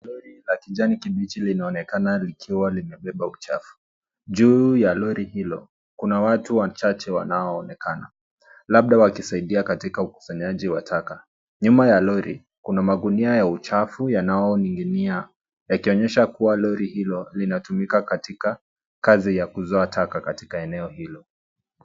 Lori la kijani kibichi linaonekana likiwa limebeba uchafu. Juu ya lori hilo, kuna watu wachache wanaoonekana, labda wakisaidia katika ukusanyaji wa taka. Nyuma ya lori kuna magunia ya uchafu yanayoning'inia yakionyesha kuwa lori hilo linatumika katika kazi ya kuzoa taka katika eneo hilo.